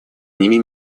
ними